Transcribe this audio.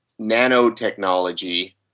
nanotechnology